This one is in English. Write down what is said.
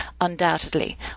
Undoubtedly